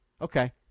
Okay